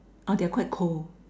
ah they're quite cold